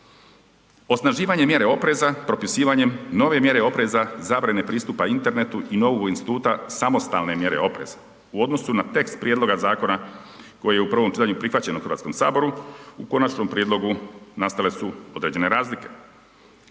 osnaživanje mjere opreza, propisivanjem nove mjere opreza, zabrane pristupa internetu i .../Govornik se ne razumije./... instituta samostalne mjere opreza. U odnosu na tekst prijedloga zakona koji je u prvom čitanju prihvaćen u Hrvatskom saboru, u konačnom prijedlogu nastale su određene razlike.